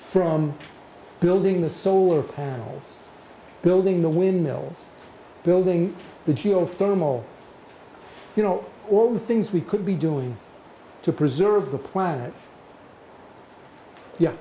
from building the solar panels building the windmills building the geothermal you know all the things we could be doing to preserve the planet yeah